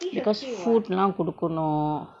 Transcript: because food lah குடுக்கனு:kudukanu